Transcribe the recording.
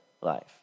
life